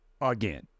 again